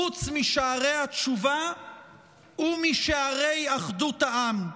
חוץ משערי התשובה ומשערי אחדות העם.